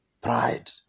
Pride